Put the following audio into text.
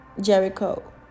Jericho